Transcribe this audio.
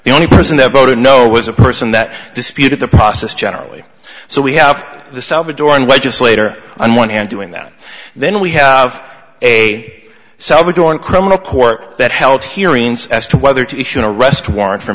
the only person that voted no was a person that disputed the process generally so we have the salvadoran legislator on one hand doing that then we have a salvadoran criminal court that held hearings as to whether to issue an arrest warrant for